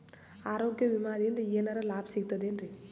ಆರೋಗ್ಯ ವಿಮಾದಿಂದ ಏನರ್ ಲಾಭ ಸಿಗತದೇನ್ರಿ?